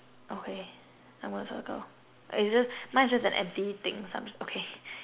okay I'm gonna circle it's just mine's just an empty thing so I'm just okay